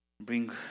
bring